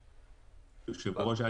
אדוני היושב ראש,